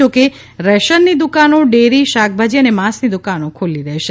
જોકે રેશનની દુકાનો ડેરી શાકભાજી અને માંસની દુકાનો ખુલ્લી રહેશે